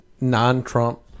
non-Trump